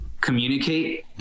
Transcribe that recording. communicate